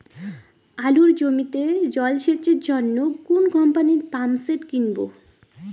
আলুর জমিতে জল সেচের জন্য কোন কোম্পানির পাম্পসেট কিনব?